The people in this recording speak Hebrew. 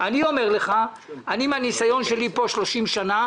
אני אומר לך מהניסיון שלי פה במשך 30 שנים,